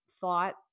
thought